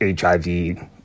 HIV